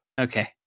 okay